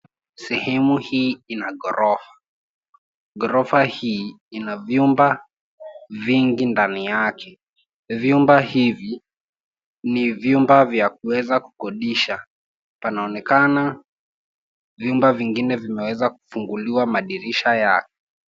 Sehemu hii ina ghorofa. Ghorofa hii ina vyumba vingi ndani yake. Vyumba hivi ni vyumba vya kuweza kukodisha. Panaonekana vyumba vingine vimeweza kufunguliwa madirisha yao.